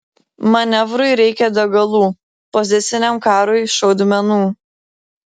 manevrui reikia degalų poziciniam karui šaudmenų